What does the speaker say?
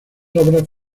obras